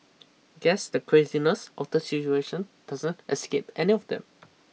guess the craziness of the situation doesn't escape any of them